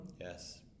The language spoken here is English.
Yes